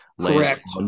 Correct